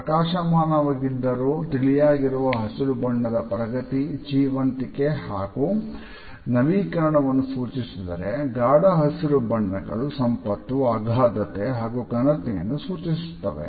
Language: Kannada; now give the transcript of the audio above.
ಪ್ರಕಾಶಮಾನವಾಗಿದ್ದರು ತಿಳಿಯಾಗಿರುವ ಹಸಿರು ಬಣ್ಣ ಪ್ರಗತಿ ಜೀವಂತಿಕೆ ಹಾಗೂ ನವೀಕರಣವನ್ನು ಸೂಚಿಸಿದರೆ ಗಾಢ ಹಸಿರು ಬಣ್ಣಗಳು ಸಂಪತ್ತು ಅಗಾಧತೆ ಹಾಗೂ ಘನತೆಯನ್ನು ಸೂಚಿಸುತ್ತವೆ